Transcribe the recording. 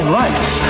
rights